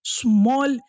small